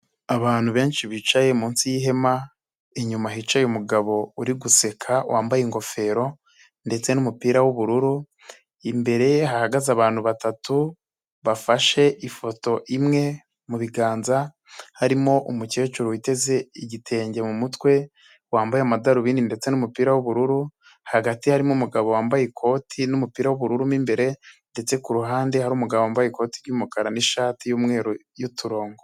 Abantu benshi bicaye munsi y'ihema, inyuma hicaye umugabo uri guseka wambaye ingofero ndetse n'umupira w'ubururu, imbere ye hahagaze abantu batatu bafashe ifoto imwe mu biganza, harimo umukecuru witeze igitenge mu mutwe, wambaye amadarubindi ndetse n'umupira w'ubururu, hagati harimo umugabo wambaye ikoti n'umupira w'ubururu imbere ndetse ku ruhande harimu umugabo wambaye ikoti ry'umukara n'ishati y'umweru y'uturongo.